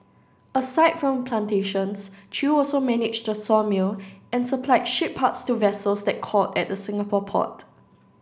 aside from plantations Chew also managed a sawmill and supplied ship parts to vessels that called at the Singapore port